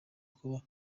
kuba